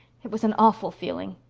it was an awful feeling.